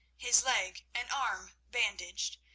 his leg and arm bandaged,